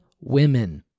women